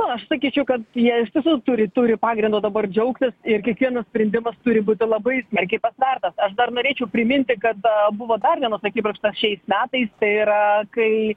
aš sakyčiau kad jie iš tiesų turi turi pagrindo dabar džiaugtis ir kiekvienas sprendimas turi būti labai smarkiai pasvertas aš dar norėčiau priminti kad buvo dar vienas akibrokštas šiais metais tai yra kai